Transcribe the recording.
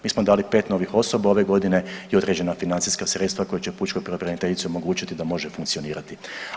Mi smo dali pet novih osoba ove godine i određena financijska sredstva koja će pučkoj pravobraniteljici omogućiti da može funkcionirati.